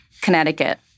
Connecticut